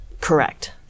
correct